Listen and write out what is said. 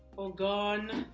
all gone,